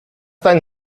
deinen